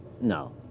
No